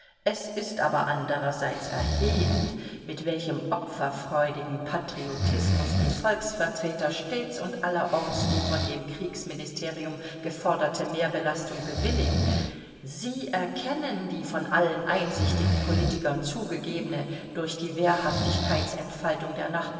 es ist aber andererseits erhebend mit welchem opferfreudigen patriotismus die volksvertreter stets und allerorts die von dem kriegsministerium geforderte mehrbelastung bewilligen sie erkennen die von allen einsichtigen politikern zugegebene durch die wehrhaftigkeitsentfaltung der